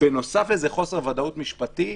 בנוסף לזה, חוסר ודאות משפטית.